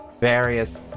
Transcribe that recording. various